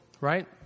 right